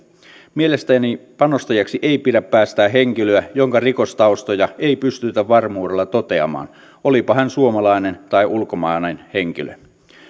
mielestäni panostajaksi ei pidä päästää henkilöä jonka rikostaustoja ei pystytä varmuudella toteamaan olipa hän suomalainen tai ulkomaalainen henkilö